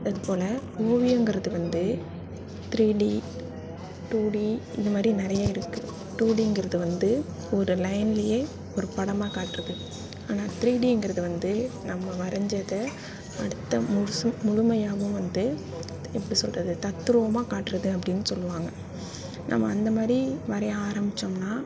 அதுபோல் ஓவியங்குறது வந்து த்ரீடி டூடி இந்த மாதிரி நிறைய இருக்குது டூடிங்கிறது வந்து ஒரு லைன்லேயே ஒரு படமாக காட்டுறது ஆனால் த்ரீடிங்கிறது வந்து நம்ம வரைஞ்சதை அடுத்த முழுசும் முழுமையாகவும் வந்து எப்படி சொல்லுறது தத்ரூவமாக காட்டுறது அப்படின்னு சொல்லுவாங்கள் நம்ம அந்த மாதிரி வரைய ஆரம்பிச்சோம்னால்